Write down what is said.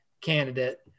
candidate